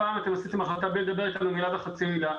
הפעם עשיתם החלטה בלי לדבר איתנו מילה או חצי מילה.